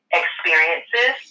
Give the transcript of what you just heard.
experiences